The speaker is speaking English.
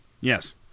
Yes